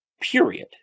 period